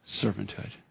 servanthood